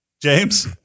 James